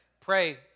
pray